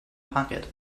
pocket